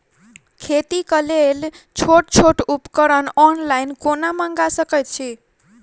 खेतीक लेल छोट छोट उपकरण ऑनलाइन कोना मंगा सकैत छी?